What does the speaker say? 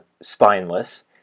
spineless